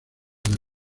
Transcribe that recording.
del